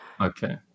Okay